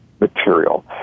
material